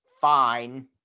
fine